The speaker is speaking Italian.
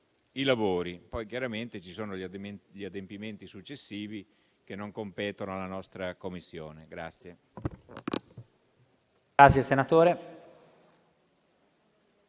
i lavori. Poi, chiaramente ci sono gli adempimenti successivi, che non competono alla nostra Commissione.